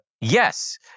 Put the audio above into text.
Yes